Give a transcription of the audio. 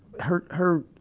her, her